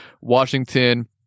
Washington